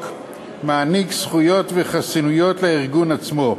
מעניק זכויות וחסינויות לארגון עצמו,